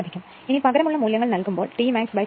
ഇനി പകരമുള്ള മൂല്യങ്ങൾ നൽകുമ്പോൾ T maxT fl